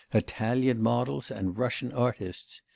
italian models and russian artists.